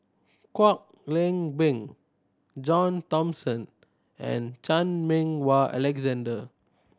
Kwek Leng Beng John Thomson and Chan Meng Wah Alexander